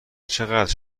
چقدر